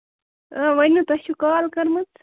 ؤنِو تۅہہِ چھُو کال کٔرمٕژ